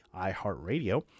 iHeartRadio